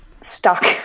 stuck